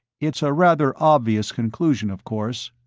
it's a rather obvious conclusion, of course.